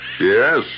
Yes